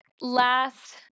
Last